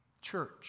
church